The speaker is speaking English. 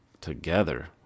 together